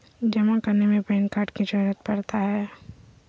जमा करने में पैन कार्ड की जरूरत पड़ता है?